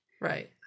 Right